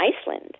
Iceland